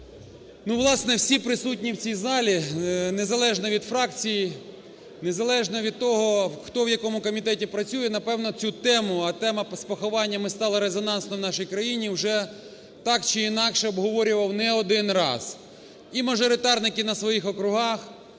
Власне, всі присутні в цій залі, незалежно від фракцій, незалежно від того, хто в якому комітеті працює, напевно, цю тему, а тема з похованнями стала резонансною в нашій країні, вже так чи інакше обговорювали не один раз. І мажоритарники на своїх округах,